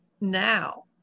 now